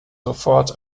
sofort